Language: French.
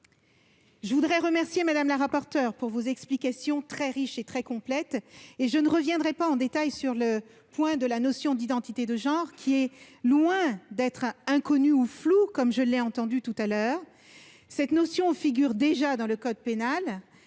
Je voudrais vous remercier, madame la rapporteure, de vos explications très riches et très complètes. Je ne reviendrai pas en détail sur la notion d'identité de genre, qui est loin d'être inconnue ou floue, comme je l'ai entendu tout à l'heure. Elle figure déjà dans le code pénal,